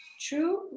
True